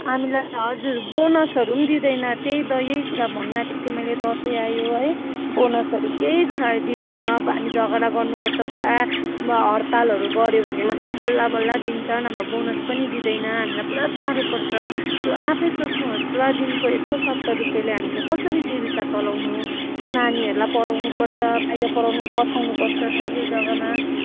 हामीलाई हजुर बोनसहरू पनि दिँदैन त्यही द यही कुरा भन्नुआँटेको थिएँ मैले दसैँ आयो है बोनसहरू केही छ दिँदैन अब हामी झगडा गर्नुपर्छ पुरा हडतालहरू गऱ्यो भने मात्रै बल्लबल्ल दिन्छ नभए बोनस पनि दिँदैन हामीलाई पुरा साह्रो पर्छ र आफै सोच्नुहोस् ल दिनको एक सौ सत्तर रुपियाँले हामीले कसरी जीविका चलाउनु नानीहरूलाई पढाउनुपर्छ बाहिर पढाउनु पठाउनुपर्छ यो जग्गामा